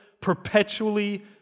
perpetually